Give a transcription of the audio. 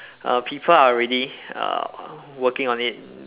uh people are already uh working on it